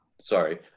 Sorry